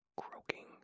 croaking